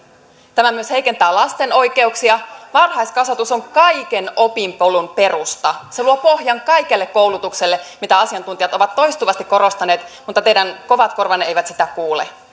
tämä myös heikentää lasten oikeuksia varhaiskasvatus on kaiken opinpolun perusta se luo pohjan kaikelle koulutukselle mitä asiantuntijat ovat toistuvasti korostaneet mutta teidän kovat korvanne eivät sitä kuule